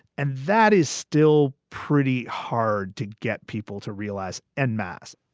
and that is still pretty hard to get people to realize enmasse